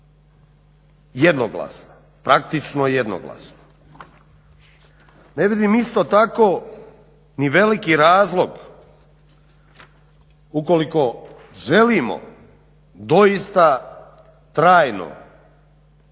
jednoglasno, praktično jednoglasno. Ne vidim isto tako ni veliki razlog ukoliko želimo doista trajno